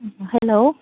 hello